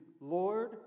Lord